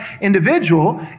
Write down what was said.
individual